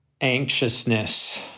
anxiousness